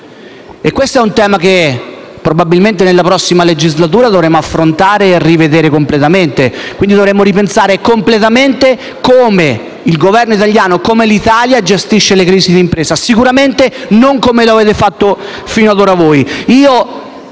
Questo è un tema che probabilmente nella prossima legislatura dovremo affrontare e rivedere completamente. Dovremo ripensare completamente a come il Governo italiano e l'Italia gestiscono le crisi d'impresa. Sicuramente non come lo avete fatto voi finora.